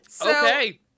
Okay